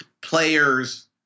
players